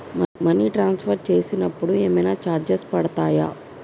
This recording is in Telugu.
మనీ ట్రాన్స్ఫర్ చేసినప్పుడు ఏమైనా చార్జెస్ పడతయా?